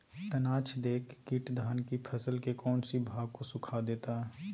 तनाछदेक किट धान की फसल के कौन सी भाग को सुखा देता है?